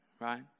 Right